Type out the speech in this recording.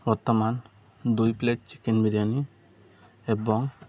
ବର୍ତ୍ତମାନ ଦୁଇ plate chicken biryani ଏବଂ